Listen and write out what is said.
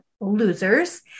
losers